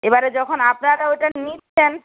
এবারে যখন আপনারা ওটা নিচ্ছেন